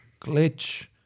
glitch